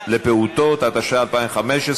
הצעת חוק הפיקוח על מעונות-יום לפעוטות,